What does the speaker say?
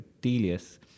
Delius